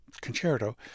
concerto